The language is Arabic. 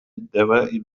الدواء